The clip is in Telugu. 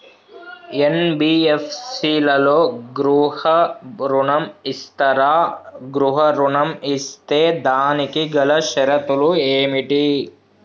ఎన్.బి.ఎఫ్.సి లలో గృహ ఋణం ఇస్తరా? గృహ ఋణం ఇస్తే దానికి గల షరతులు ఏమిటి?